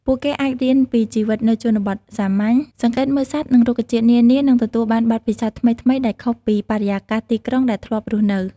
ពួកគេអាចរៀនពីជីវិតនៅជនបទសាមញ្ញ សង្កេតមើលសត្វនិងរុក្ខជាតិនានា និងទទួលបានបទពិសោធន៍ថ្មីៗដែលខុសពីបរិយាកាសទីក្រុងដែលធ្លាប់រស់នៅ។